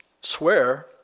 Swear